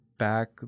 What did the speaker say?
back